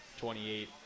28